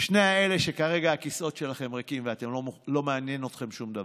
שני אלה שכרגע הכיסאות שלהם ריקים ולא מעניין אותם שום דבר.